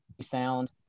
sound